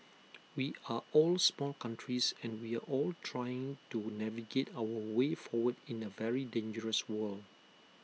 we are all small countries and we are all trying to navigate our way forward in A very dangerous world